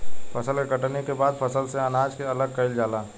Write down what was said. फसल के कटनी के बाद फसल से अनाज के अलग कईल जाला